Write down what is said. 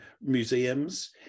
museums